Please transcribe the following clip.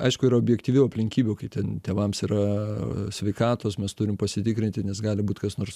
aišku yra objektyvių aplinkybių kai ten tėvams yra sveikatos mes turim pasitikrinti nes gali būt kas nors